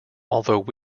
although